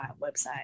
website